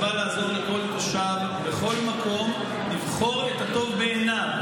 זה בא לעזור לכל תושב בכל מקום לבחור את הטוב בעיניו.